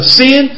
sin